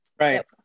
right